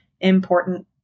important